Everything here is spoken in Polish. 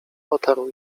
otarł